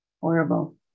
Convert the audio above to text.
horrible